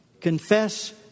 Confess